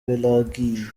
pelagie